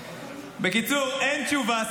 בקיצור, אין תשובה.